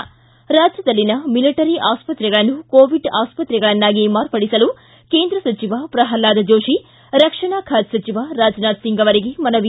ಿ ರಾಜ್ಯದಲ್ಲಿನ ಮಿಲಿಟರಿ ಆಸ್ಪತ್ರೆಗಳನ್ನು ಕೋವಿಡ್ ಆಸ್ಪತ್ರೆಗಳನ್ನಾಗಿ ಮಾರ್ಪಡಿಸಲು ಕೇಂದ್ರ ಸಚಿವ ಪ್ರಲ್ವಾದ್ ಜೋಶಿ ರಕ್ಷಣಾ ಖಾತೆ ಸಚಿವ ರಾಜನಾಥ್ ಸಿಂಗ್ ಅವರಿಗೆ ಮನವಿ